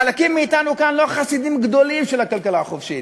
חלקים מאתנו כאן לא חסידים גדולים של הכלכלה החופשית,